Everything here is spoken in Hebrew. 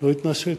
רק התנשאת.